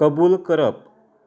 कबुल करप